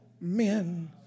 men